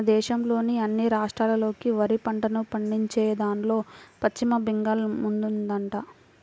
మన దేశంలోని అన్ని రాష్ట్రాల్లోకి వరి పంటను పండించేదాన్లో పశ్చిమ బెంగాల్ ముందుందంట